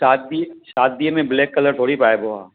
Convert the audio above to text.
शादी शादीअ में ब्लैक कलर थोरी पाइबो आहे